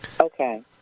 Okay